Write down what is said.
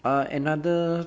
ah another